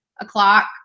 o'clock